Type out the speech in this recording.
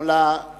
גם לה יעמדו